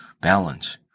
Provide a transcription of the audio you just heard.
balance